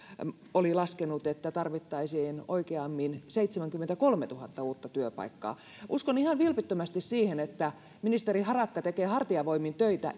oli laskenut että tarvittaisiin oikeammin seitsemänkymmentäkolmetuhatta uutta työpaikkaa uskon ihan vilpittömästi siihen että ministeri harakka tekee hartiavoimin töitä